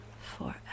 forever